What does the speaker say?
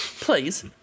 please